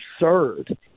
absurd